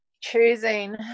choosing